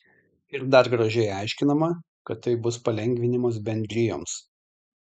ir dar gražiai aiškinama kad tai bus palengvinimas bendrijoms